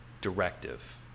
directive